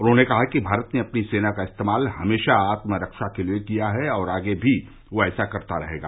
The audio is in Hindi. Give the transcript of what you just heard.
उन्होंने कहा कि भारत ने अपनी सेना का इस्तेमाल हमेशा आत्मरक्षा के लिए किया है और आगे भी वह ऐसा करता रहेगा